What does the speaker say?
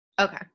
Okay